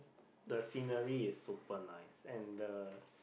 the scenery is super nice and the